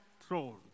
throne